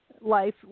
life